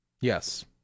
Yes